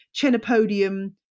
Chenopodium